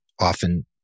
often